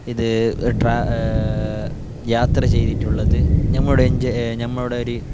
ഇത് യാത്ര ചെയ്തിട്ടുള്ളത് നമ്മളുടെ എൻ്റെ നമ്മളുടെ ഒരു